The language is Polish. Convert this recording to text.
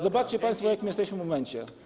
Zobaczcie państwo, w jakim jesteśmy momencie.